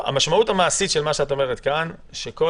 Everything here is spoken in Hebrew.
המשמעות המעשית של מה שאת אומרת כאן היא שכל